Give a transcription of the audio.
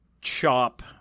chop